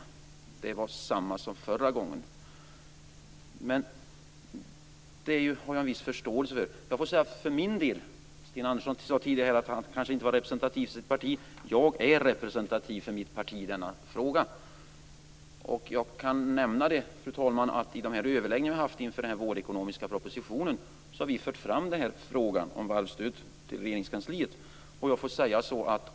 Det var samma svar som förra gången. Jag har en viss förståelse för det. Sten Andersson sade tidigare att han kanske inte var representativ för sitt parti. Jag är representativ för mitt parti i denna fråga. Jag kan nämna, fru talman, att i de överläggningar som vi har haft inför den ekonomiska vårpropositionen har vi fört fram frågan om varvsstödet till Regeringskansliet.